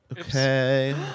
Okay